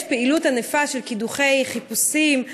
יש פעילות ענפה של קידוחי חיפושים,